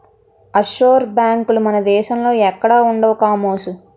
offshore బేంకులు మన దేశంలో ఎక్కడా ఉండవు కామోసు